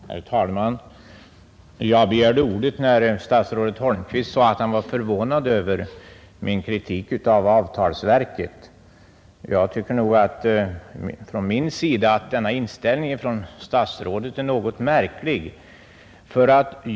Herr talman! Jag begärde ordet när statsrådet Holmqvist sade att han var förvånad över min kritik av avtalsverket. Jag tycker nog i min tur att statsrådets inställning på denna punkt är något märklig.